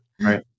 Right